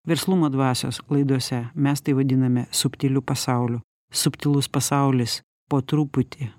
verslumo dvasios laidose mes tai vadiname subtiliu pasauliu subtilus pasaulis po truputį